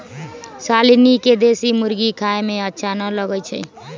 शालनी के देशी मुर्गी खाए में अच्छा न लगई छई